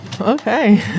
Okay